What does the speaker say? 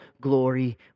glory